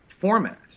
format